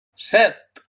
set